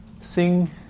Sing